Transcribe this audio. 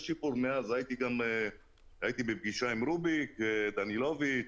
הייתי בפגישה עם רוביק דנילוביץ'